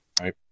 Right